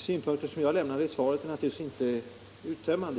synpunkter jag lämnade i svaret är naturligtvis inte uttömmande.